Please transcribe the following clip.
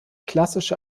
klassische